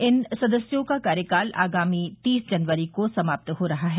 इन सदस्यों का कार्यकाल आगामी तीस जनवरी को समाप्त हो रहा है